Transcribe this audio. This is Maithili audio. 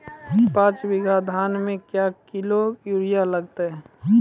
पाँच बीघा धान मे क्या किलो यूरिया लागते?